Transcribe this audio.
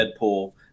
Deadpool